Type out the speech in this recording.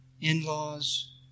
in-laws